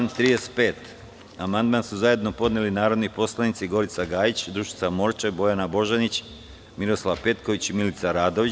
Na član 35. amandman su zajedno podneli narodni poslanici Gorica Gajić, Dušica Morčev, Bojana Božanić, Miroslav Petković i Milica Radović.